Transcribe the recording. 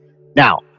Now